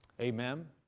Amen